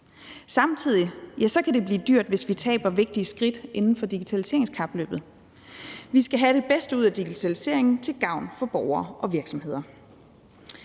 Samtidig kan det blive dyrt, hvis vi taber vigtige skridt i digitaliseringskapløbet. Vi skal have det bedste ud af digitaliseringen til gavn for borgere og virksomheder.